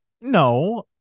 No